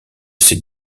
ces